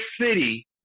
city